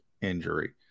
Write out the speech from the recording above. injury